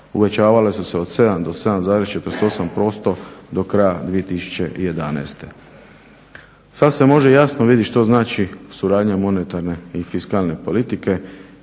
uvećavale su se od 7 do 7,48% do kraja 2011. Sad se može jasno vidjeti što znači suradnja monetarne i fiskalne politike.